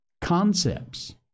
concepts